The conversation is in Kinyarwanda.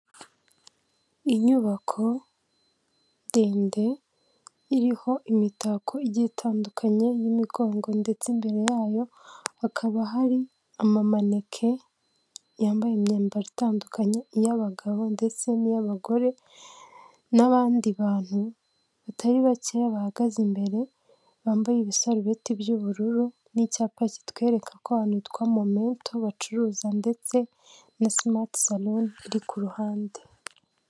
Inyubako ndende iriho imitako igiye itandukanye, y'imigongo ndetse imbere yayo hakaba hari amamaneke yambaye imyambaro itandukanye, iy'abagabo ndetse n'iy'abagore n'abandi bantu batari bake bahagaze imbere, bambaye ibisarubeti by'ubururu n'icyapa kitwereka ko abantu bitwa momenta bacuruza ndetse na simati saruni iri ku ruhande.